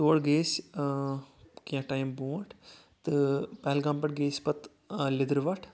گۄڈٕ گٔے أسۍ کینٛہہ ٹایِم برونٛٹھ تہٕ پہلگام پٮ۪ٹھ گٔے أسۍ لیدٕروٹھ